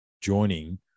joining